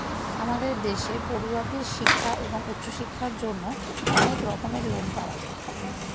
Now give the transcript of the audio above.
আমাদের দেশে পড়ুয়াদের শিক্ষা এবং উচ্চশিক্ষার জন্য অনেক রকমের লোন পাওয়া যায়